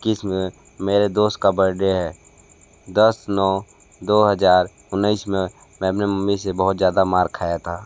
ईक्कीस में मेरे दोस्त का बर्डे है दस नौ दो हज़ार उन्नीस में मैंने मम्मी से बहुत ज़्यादा मार खाया था